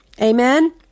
Amen